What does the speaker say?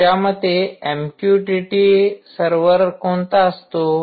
तुमच्या मते MQTT server कोणता असतो